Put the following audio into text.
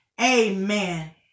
Amen